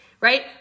right